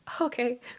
Okay